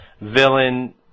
villain